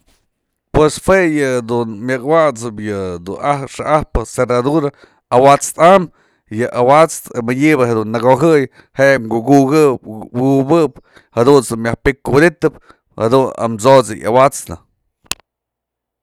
Pues jue ye dun myak awat'sëp yë dun xa'ajpë cerradura awa'ats am, yë awa'ats mëdyebë dun nëkojëy je kukukëp jadunt's myaj pikuwëdytëp, jadun amso'ot's yë yawat'snë.